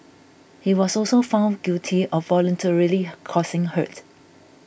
he was also found guilty of voluntarily causing hurt